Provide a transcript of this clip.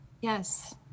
yes